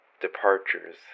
Departures